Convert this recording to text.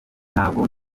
ntabwo